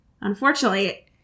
unfortunately